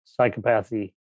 psychopathy